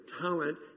talent